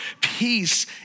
peace